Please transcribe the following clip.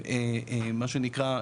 מה שנקרא,